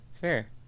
Fair